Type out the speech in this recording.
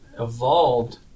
evolved